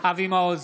אבי מעוז,